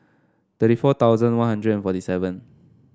thirty four thousand One Hundred and forty seven